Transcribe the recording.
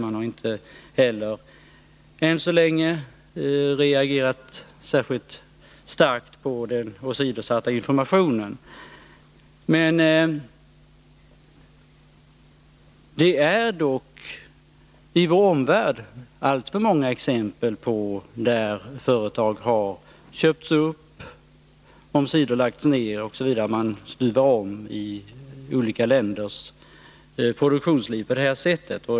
Än så länge har man inte heller reagerat särskilt starkt på den åsidosatta informationen. Det finns dock i vår omvärld alltför många exempel på att företag har köpts upp och omsider lagts ned osv. Man stuvar om i olika länders produktionsliv på det här sättet.